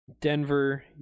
Denver